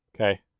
Okay